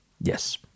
Yes